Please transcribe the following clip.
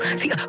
see